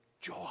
joy